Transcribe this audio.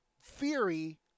Theory